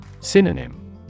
Synonym